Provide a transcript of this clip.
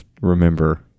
remember